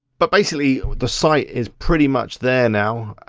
but basically the site is pretty much there now.